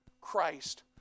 Christ